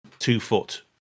two-foot